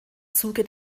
zuge